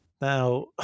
Now